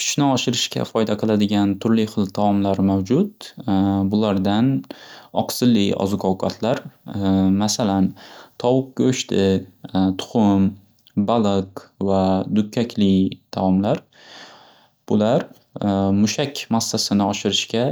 Kuchni oshirishga foyda qiladiga turli xil taomlar mavjud bulardan oqsilli oziq ovqatlar. Masal tovuq go'shti, tuxum, baliq va dukkakli taomlar bular mushak massasini oshirishga